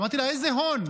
אמרתי לה: איזה הון?